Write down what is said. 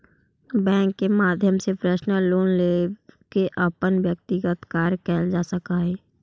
bank के माध्यम से पर्सनल लोन लेके अपन व्यक्तिगत कार्य कैल जा सकऽ हइ